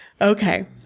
Okay